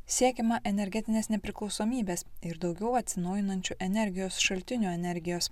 siekiama energetinės nepriklausomybės ir daugiau atsinaujinančių energijos šaltinių energijos